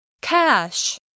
Cash